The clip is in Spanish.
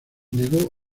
negó